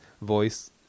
voice